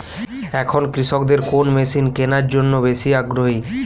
এখন কৃষকদের কোন মেশিন কেনার জন্য বেশি আগ্রহী?